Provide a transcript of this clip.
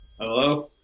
Hello